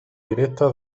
directa